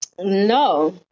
No